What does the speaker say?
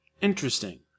interesting